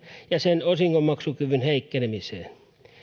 ja sen osingonmaksukyvyn heikkenemiseen